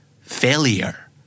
Failure